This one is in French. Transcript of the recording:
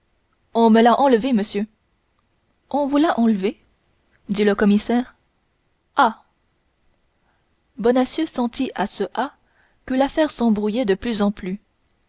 on me l'a enlevée monsieur on vous l'a enlevée dit le commissaire ah bonacieux sentit à ce ah que l'affaire s'embrouillait de plus en plus